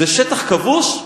זה שטח כבוש?